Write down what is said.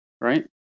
right